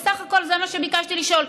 בסך הכול זה מה שביקשתי לשאול.